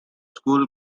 school